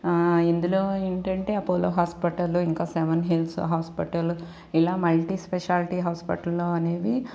ఇందులో ఏంటంటే Apollo hospital ఇంకా సెవెన్ హిల్స్ హాస్పిటల్ ఇలా మల్టీ స్పెషాలిటీ హాస్పిటల్ అనేది